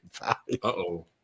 Uh-oh